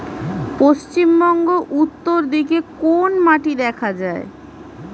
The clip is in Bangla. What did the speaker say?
পশ্চিমবঙ্গ উত্তর দিকে কোন মাটি দেখা যায়?